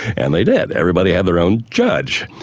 and they did. everybody had their own judge.